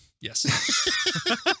Yes